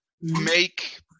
make